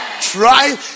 Try